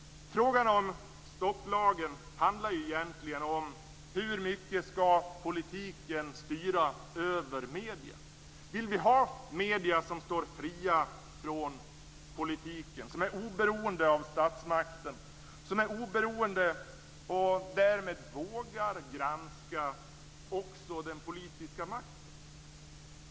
Frågan om stopplagen handlar egentligen om hur mycket politiken ska styra över medierna. Vill vi ha medier som står fria från politiken, som är oberoende av statsmakten, som är oberoende och därmed vågar granska också den politiska makten?